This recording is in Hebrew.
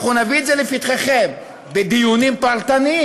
אנחנו נביא את זה לפתחכם בדיונים פרטניים,